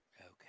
Okay